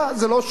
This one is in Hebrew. זה לא שוד?